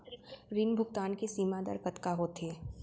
ऋण भुगतान के सीमा दर कतका होथे?